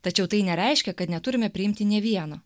tačiau tai nereiškia kad neturime priimti ne vieno